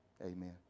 Amen